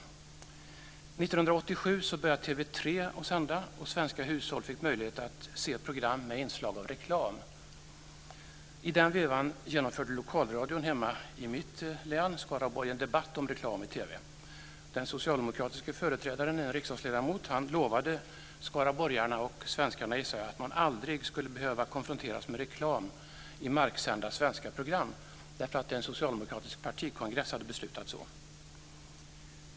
År 1987 började TV 3 sända, och svenska hushåll fick möjlighet att se program med inslag av reklam. I den vevan genomförde lokalradion hemma i mitt län, Skaraborg, en debatt om reklam i TV. Den socialdemokratiske företrädaren, en riksdagsledamot, lovade skaraborgarna, och svenskarna gissar jag, att man aldrig skulle behöva konfronteras med reklam i marksända svenska program därför att en socialdemokratisk partikongress hade beslutat så.